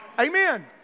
Amen